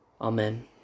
amen